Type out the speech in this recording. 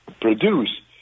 produce